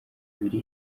biri